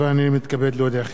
אני מתכבד להודיעכם,